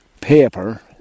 paper